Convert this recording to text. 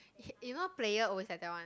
y~ you know player always like that one